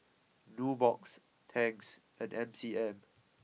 Nubox Tangs and M C M